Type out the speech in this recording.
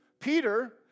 Peter